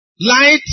Light